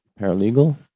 paralegal